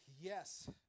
yes